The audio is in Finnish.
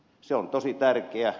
se on tosi tärkeää